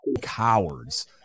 cowards